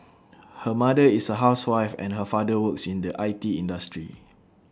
her mother is A housewife and her father works in the I T industry